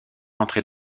entrer